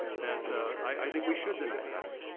that i think we should deny this.